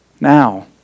now